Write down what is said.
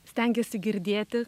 stengiesi girdėti